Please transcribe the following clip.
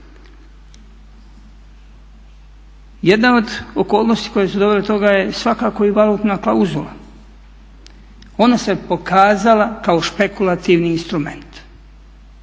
Jedna od okolnosti koje su dovele do toga je svakako i valutna klauzula. Ona se pokazala kao špekulativni instrument,